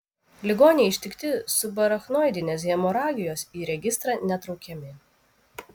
ligoniai ištikti subarachnoidinės hemoragijos į registrą netraukiami